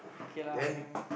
K lah then